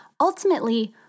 Ultimately